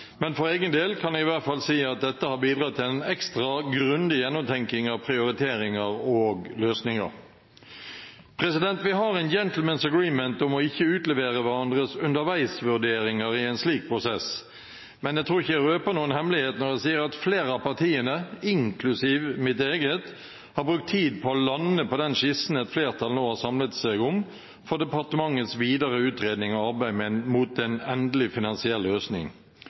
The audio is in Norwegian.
men for egen del kan jeg i hvert fall si at dette har bidratt til en ekstra grundig gjennomtenking av prioriteringer og løsninger. Vi har en «gentlemen’s agreement» om ikke å utlevere hverandres underveisvurderinger i en slik prosess, men jeg tror ikke jeg røper noen hemmelighet når jeg sier at flere av partiene, inklusiv mitt eget, har brukt tid på å lande på den skissen et flertall nå har samlet seg om for departementets videre utredning og arbeid fram mot en endelig finansiell løsning.